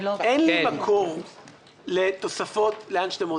אני לא ----- אין לי מקור לתוספות לאן שאתם רוצים.